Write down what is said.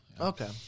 Okay